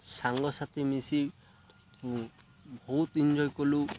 ସାଙ୍ଗସାଥି ମିଶି ବହୁତ ଏନ୍ଜୟ କଲୁ